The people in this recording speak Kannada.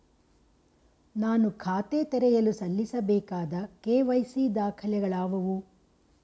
ನಾನು ಖಾತೆ ತೆರೆಯಲು ಸಲ್ಲಿಸಬೇಕಾದ ಕೆ.ವೈ.ಸಿ ದಾಖಲೆಗಳಾವವು?